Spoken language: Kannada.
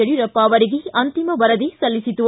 ಯಡಿಯೂರಪ್ಪ ಅವರಿಗೆ ಅಂತಿಮ ವರದಿ ಸಲ್ಲಿಸಿತು